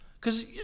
cause